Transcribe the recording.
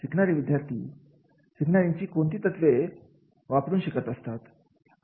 शिकणारे विद्यार्थी शिवरायांची कोणती तत्वे वापरून शिकत असत